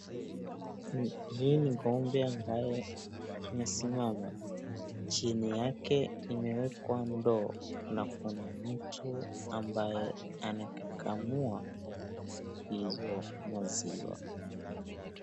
Hii ni ng`ombe ambaye amesimama chini yake imewekwa ndoo na kuna mtu ambaye anakamua hizo maziwa.